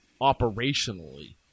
operationally